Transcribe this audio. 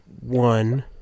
one